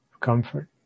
comfort